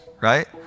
right